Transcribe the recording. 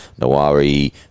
Nawari